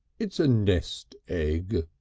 it's a nest egg,